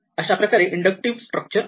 अशाप्रकारे inductive structure आहे